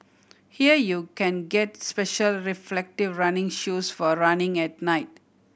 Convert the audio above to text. here you can get special reflective running shoes for running at night